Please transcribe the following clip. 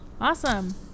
Awesome